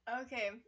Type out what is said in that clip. Okay